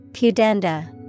Pudenda